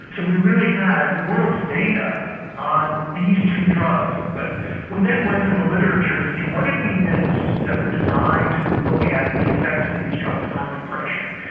but we really had the world's data on these two drugs but we then went to the literature to see what did we miss that were designed to look at the effects of these drugs on depression?